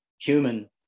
human